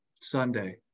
Sunday